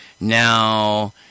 Now